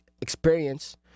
experience